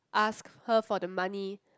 ask her for the money